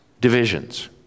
divisions